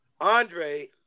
Andre